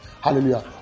Hallelujah